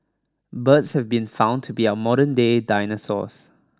birds have been found to be our modernday dinosaurs